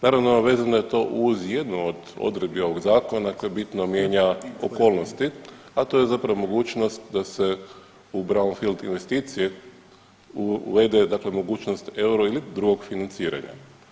Naravno, vezano je to uz jednu od odredbi ovog Zakona koji bitno mijenja okolnosti, a to je zapravo mogućnosti da se u brownfield investiciji uvede dakle mogućnost euro ili drugog financiranja.